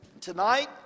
Tonight